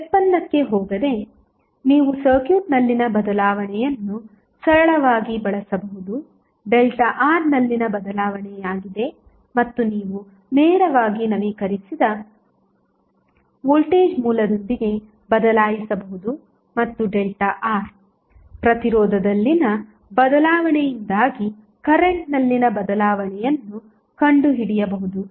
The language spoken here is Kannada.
ಆದ್ದರಿಂದ ವ್ಯುತ್ಪನ್ನಕ್ಕೆ ಹೋಗದೆ ನೀವು ಸರ್ಕ್ಯೂಟ್ನಲ್ಲಿನ ಬದಲಾವಣೆಯನ್ನು ಸರಳವಾಗಿ ಬಳಸಬಹುದು ΔR ನಲ್ಲಿನ ಬದಲಾವಣೆಯಾಗಿದೆ ಮತ್ತು ನೀವು ನೇರವಾಗಿ ನವೀಕರಿಸಿದ ವೋಲ್ಟೇಜ್ ಮೂಲದೊಂದಿಗೆ ಬದಲಾಯಿಸಬಹುದು ಮತ್ತು ΔR ಪ್ರತಿರೋಧದಲ್ಲಿನ ಬದಲಾವಣೆಯಿಂದಾಗಿ ಕರೆಂಟ್ನಲ್ಲಿನ ಬದಲಾವಣೆಯನ್ನು ಕಂಡುಹಿಡಿಯಬಹುದು